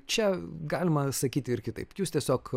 čia galima sakyti ir kitaip jūs tiesiog